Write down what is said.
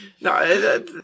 No